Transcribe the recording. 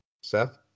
Seth